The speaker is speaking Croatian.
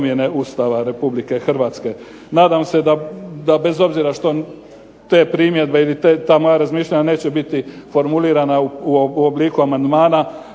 Ustava Republike Hrvatske. Nadam se da bez obzira što te primjedbe ili ta moja razmišljanja neće biti formulirana u obliku amandmana